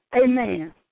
amen